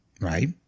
right